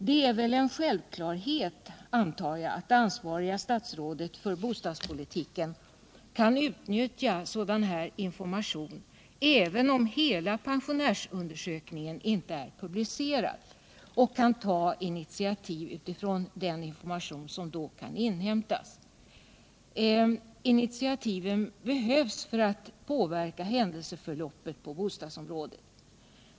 Det är väl en självklarhet, förmodar jag, att det ansvariga statsrådet för bostadspolitiken kan utnyttja sådan här information, även om inte hela pensionärsundersökningen är publicerad, och ta de initiativ utifrån den information som kan inhämtas. Initiativ behövs för att påverka händelseförloppet på bostadsområdet.